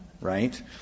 Right